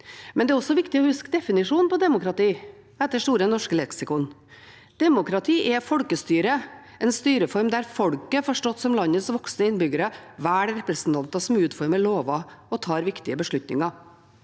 men det er også viktig å huske definisjonen på demokrati. I Store norske leksikon står det: «Demokrati, også kalt folkestyre, er en styreform der folket, forstått som landets voksne innbyggere, velger representanter som utformer lovene og tar viktige politiske